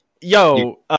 Yo